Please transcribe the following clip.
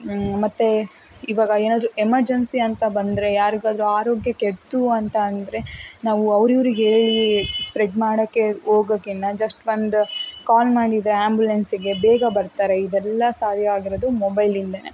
ಮತ್ತೆ ಈವಾಗ ಏನಾದರೂ ಎಮರ್ಜೆನ್ಸಿ ಅಂತ ಬಂದರೆ ಯಾರಿಗಾದರೂ ಆರೋಗ್ಯ ಕೆಡ್ತು ಅಂತ ಅಂದರೆ ನಾವು ಅವ್ರು ಇವರಿಗೆ ಹೇಳಿ ಸ್ಪ್ರೆಡ್ ಮಾಡೋಕ್ಕೆ ಹೋಗಕಿನ್ನ ಜಸ್ಟ್ ಒಂದು ಕಾಲ್ ಮಾಡಿದರೆ ಆ್ಯಂಬುಲೆನ್ಸ್ಗೆ ಬೇಗ ಬರ್ತಾರೆ ಇದೆಲ್ಲ ಸಾಧ್ಯ ಆಗಿರೋದು ಮೊಬೈಲಿಂದನೆ